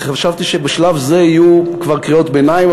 חשבתי שבשלב זה יהיו כבר קריאות ביניים,